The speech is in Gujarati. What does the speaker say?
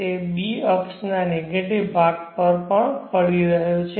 તે b અક્ષના નેગેટિવ ભાગ પર પડી રહ્યો છે